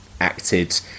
acted